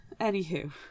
Anywho